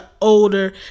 older